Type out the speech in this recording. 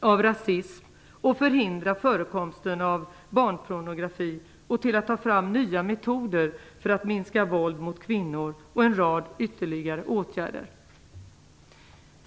av rasism och förhindra förekomsten av barnpornografi, att ta fram nya metoder för att minska våld mot kvinnor och en rad ytterligare åtgärder.